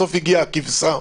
בסוף הגיעה הכבשה,